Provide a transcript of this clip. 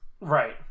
right